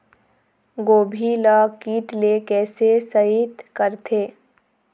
गोभी ल कीट ले कैसे सइत करथे?